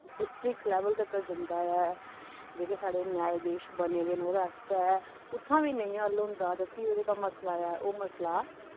district level तक्कर जंदा ऐ जेह्के साढ़े न्यायधीश बने दे न ओह्दे आस्तै उत्थै बी नेईं हल्ल होंदा तां भी ओह् जेह्का मसला ऐ ओह् मसला